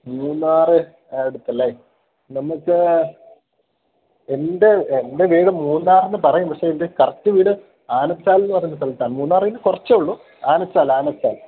മൂന്നാറ് അടുത്തല്ലെ നമുക്ക് എൻ്റെ എൻ്റെ വീട് മൂന്നാറെന്ന് പറയും പക്ഷേ എൻ്റെ കറക്ട് വീട് ആനച്ചാലെന്ന് പറയുന്ന സ്ഥലത്താണ് മൂന്നാറില് നിന്ന് കുറച്ചെയുള്ളൂ ആനച്ചാൽ ആനച്ചാൽ